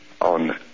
on